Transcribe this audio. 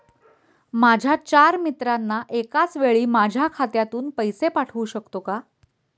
माझ्या चार मित्रांना एकाचवेळी माझ्या खात्यातून पैसे पाठवू शकतो का?